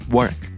Work